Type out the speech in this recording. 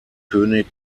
könig